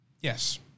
Yes